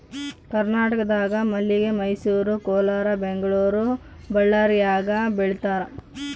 ಕರ್ನಾಟಕದಾಗ ಮಲ್ಲಿಗೆ ಮೈಸೂರು ಕೋಲಾರ ಬೆಂಗಳೂರು ಬಳ್ಳಾರ್ಯಾಗ ಬೆಳೀತಾರ